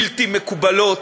בלתי מקובלות,